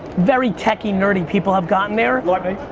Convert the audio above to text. very techy, nerdy people have gotten there. like me.